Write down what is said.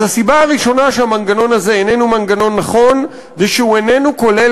אז הסיבה הראשונה שהמנגנון הזה איננו מנגנון נכון זה שהוא איננו כולל